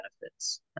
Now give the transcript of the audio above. benefits